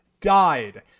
Died